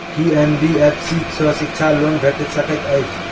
की NBFC सँ शिक्षा loan भेटि सकैत अछि?